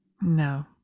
No